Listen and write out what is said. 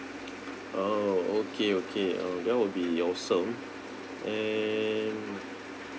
orh okay okay oh that will be awesome and